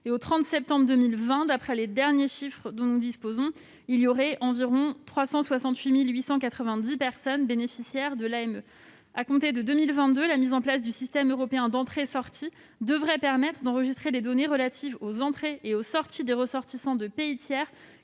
Au 30 septembre 2020, d'après les derniers chiffres dont nous disposons, il y aurait environ 368 890 personnes bénéficiaires de l'AME. À compter de 2022, la mise en place du système européen d'entrée et de sortie devrait permettre d'enregistrer des données relatives aux entrées et aux sorties des ressortissants de pays tiers